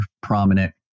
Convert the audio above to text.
prominent